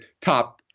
top –